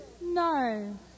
No